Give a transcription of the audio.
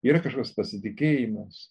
yra kažkoks pasitikėjimas